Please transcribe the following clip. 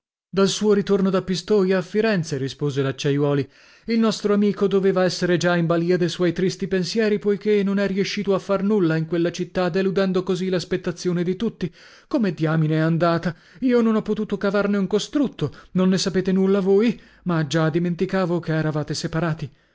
dal suo ritorno da pistoia a firenze rispose l'acciaiuoli il nostro amico doveva essere già in balia de suoi tristi pensieri poichè non è riescito a far nulla in quella città deludendo così l'aspettazione di tutti come diamine è andata io non ho potuto cavarne un costrutto non ne sapete nulla voi ma già dimenticavo che eravate separati